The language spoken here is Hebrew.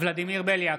ולדימיר בליאק,